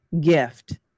gift